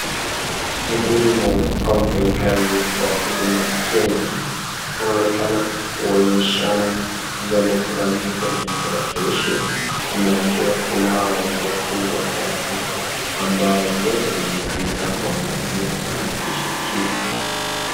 Mhudumu au mfanyikazi wa Huduma Kenya anaonekana kuonyeshana jambo fulani kwenye tarakilishi. Nyuma yake kunao watu watatu ambao wote wamemakinika kuangalia talakilishi hii.